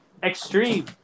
extreme